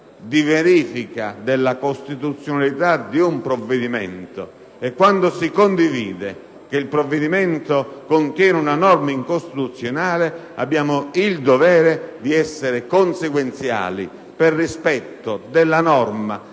di verifica della costituzionalità di un provvedimento. Quando si ritiene in maniera condivisa che il provvedimento contiene una norma incostituzionale, abbiamo il dovere di essere conseguenti, per rispetto della norma,